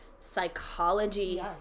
psychology